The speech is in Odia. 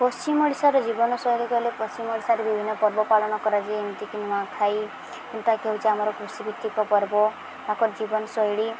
ପଶ୍ଚିମ ଓଡ଼ିଶାର ଜୀବନଶୈଳୀ କହିଲେ ପଶ୍ଚିମ ଓଡ଼ିଶାରେ ବିଭିନ୍ନ ପର୍ବ ପାଳନ କରାଯାଏ ଯେମିତିକି ନୂଆଖାଇ କି ହେଉଛି ଆମର କୃଷିଭିତ୍ତିକ ପର୍ବ ତାଙ୍କର ଜୀବନଶୈଳୀ